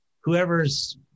whoever's